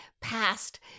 past